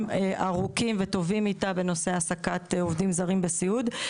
ארוכים וטובים איתה בנושא העסקת עובדים זרים בסיעוד.